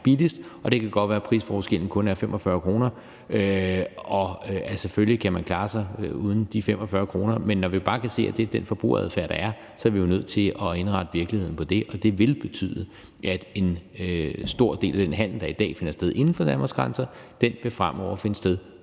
billigst. Det kan godt være, at prisforskellen kun er 45 kr., og selvfølgelig kan man klare sig uden de 45 kr. Men når vi bare kan se, at det er den forbrugeradfærd, der er, så er vi jo nødt til at indrette virkeligheden efter det. Og det vil betyde, at en stor del af den handel, der i dag finder sted inden for Danmarks grænser, fremover vil finde sted